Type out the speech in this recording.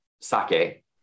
sake